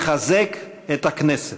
לחזק את הכנסת.